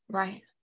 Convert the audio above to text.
right